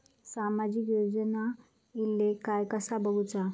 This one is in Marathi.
सामाजिक योजना इले काय कसा बघुचा?